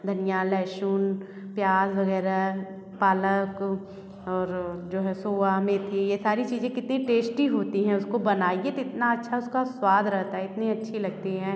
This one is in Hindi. धनिया लहसुन प्याज़ वग़ैरह पालक और जो है सोया मेथी ये सारी चीज़े कितनी टेश्टी होती हैं उसको बनाइए तो इतना अच्छा उसका स्वाद रहता है इतनी अच्छी लगती हैं